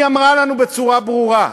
היא אמרה לנו בצורה ברורה,